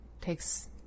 Takes